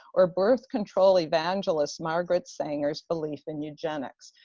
or birth control evangelist margaret sanger's belief in eugenics.